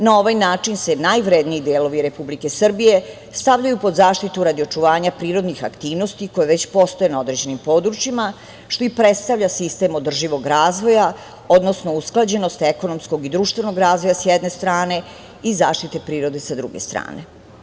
Na ovaj način se najvredniji delovi Republike Srbije stavljaju pod zaštitu radi očuvanja prirodnih aktivnosti koje već postoje na određenim područjima, što i predstavlja sistem održivog razvoja, odnosno usklađenost ekonomskog i društvenog razvoja sa jedne strane i zaštite prirode sa druge strane.